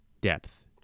depth